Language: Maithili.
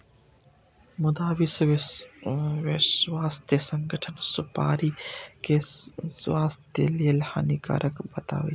मुदा विश्व स्वास्थ्य संगठन सुपारी कें स्वास्थ्य लेल हानिकारक बतबै छै